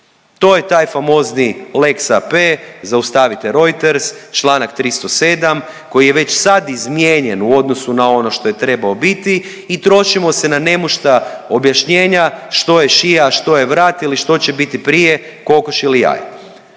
To je taj famozni lex AP, zaustavite Reuters, članak 307. koji je već sad izmijenjen u odnosu na ono što je trebao biti i trošimo se na nemušta objašnjenja što je šija, a što je vrat ili što će biti prije kokoš ili jaje.